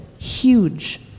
Huge